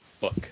book